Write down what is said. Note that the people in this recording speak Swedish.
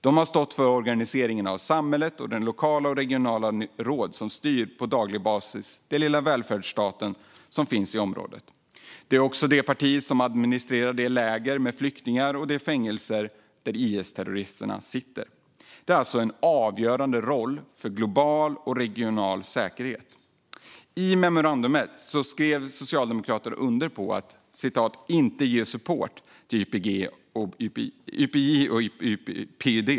De har stått för organiseringen av samhället och de lokala och regionala råd som på daglig basis styr den lilla välfärdsstat som finns i området. De är också partiet som administrerar flyktinglägren och de fängelser där IS-terrorister sitter. De har alltså en avgörande roll för global och regional säkerhet. I memorandumet skrev socialdemokrater under på att inte ge support till YPG och PYD.